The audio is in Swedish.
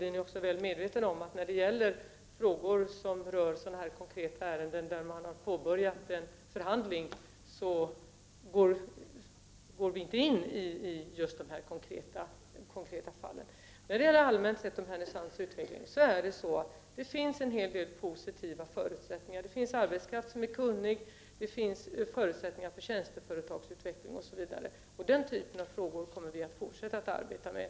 Han är mycket väl medveten om att vi inte går in i konkreta ärenden där man har påbörjat en förhandling. Vad gäller utvecklingsmöjligheter finns det en hel del positiva förutsättningar. Det finns kunnig arbetskraft, förutsättningar för tjänsteföretagsutveckling osv., och den typen av frågor kommer vi att fortsätta att arbeta med.